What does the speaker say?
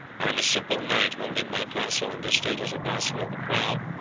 i am a simple knight, holding my castle and estate as a vassal of the crown,